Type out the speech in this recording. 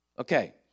Okay